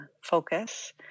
focus